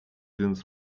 więc